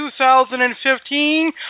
2015